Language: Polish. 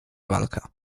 walka